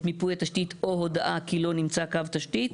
מיפוי התשתית או הודעה כי לא נמצא קו תשתית",